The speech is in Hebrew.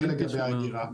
זה לגבי האגירה.